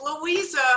Louisa